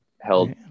held